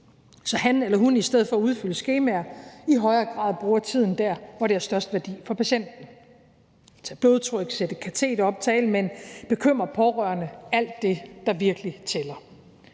så han eller hun i stedet for at udfylde skemaer i højere grad bruger tiden der, hvor det har størst værdi for patienten? Det kan være at tage blodtryk, sætte et kateter op, tale med en bekymret pårørende – alt det, der virkelig tæller.